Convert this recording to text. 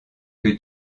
que